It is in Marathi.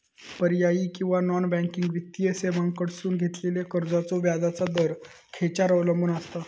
पर्यायी किंवा नॉन बँकिंग वित्तीय सेवांकडसून घेतलेल्या कर्जाचो व्याजाचा दर खेच्यार अवलंबून आसता?